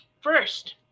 First